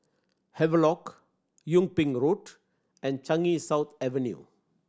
Havelock Yung Ping Road and Changi South Avenue